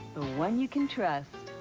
the one you can trust.